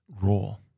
role